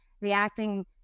reacting